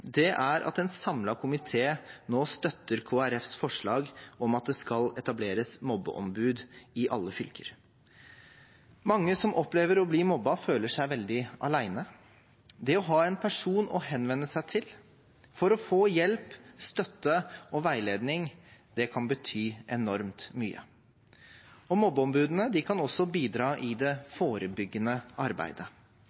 er at en samlet komité nå støtter Kristelig Folkepartis forslag om at det skal etableres mobbeombud i alle fylker. Mange som opplever å bli mobbet, føler seg veldig alene. Det å ha en person å henvende seg til for å få hjelp, støtte og veiledning kan bety enormt mye. Mobbeombudene kan også bidra i det